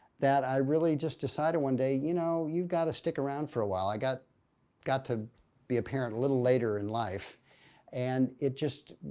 that i really just decided one day, you know, you've got to stick around for a while. i got got to be a parent little later in life and it just,